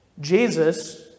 Jesus